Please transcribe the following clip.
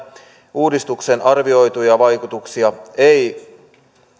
uudistuksen arvioituja vaikutuksia ei